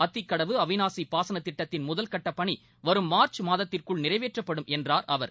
அத்திக்கடவு அவிநாசி பாசன திட்டத்தின் முதல் கட்ட பணி வரும் மார்ச் மாதத்திற்குள் நிறைவேற்றப்படும் என்றார் அவர்